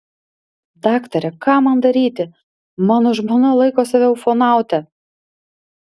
daktare ką man daryti mano žmona laiko save ufonaute